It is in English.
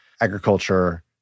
agriculture